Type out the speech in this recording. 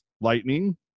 Lightning